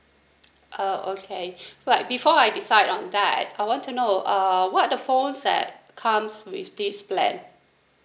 uh okay alright before I decide on that I want to know uh what are the phones that comes with this plan